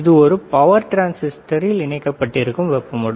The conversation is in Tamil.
இது ஒரு பவர் டிரான்சிஸ்டரில் இணைக்கப்பட்டிருக்கும் வெப்ப மடு